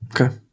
Okay